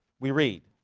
we read